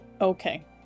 Okay